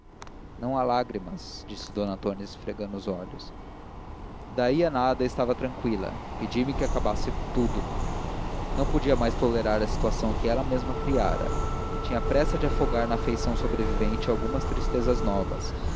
não há lágrimas disse d antônia esfregando os olhos daí a nada estava tranqüila e pedia-me que acabasse tudo não podia mais tolerar a situação que ela mesma criara tinha pressa de afogar na afeição sobrevivente algumas tristezas novas